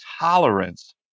tolerance